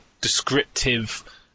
descriptive